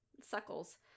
suckles